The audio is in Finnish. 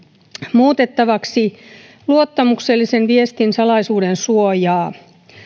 muutettavaksi luottamuksellisen viestin salaisuuden suojaa